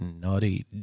naughty